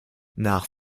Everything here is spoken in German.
nach